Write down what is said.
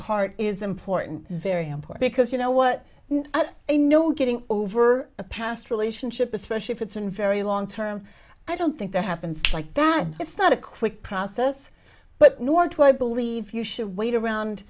heart is important very important because you know what they know getting over a past relationship especially if it's a very long term i don't think that happens like that it's not a quick process but nor do i believe you should wait around